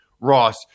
Ross